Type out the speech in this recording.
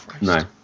No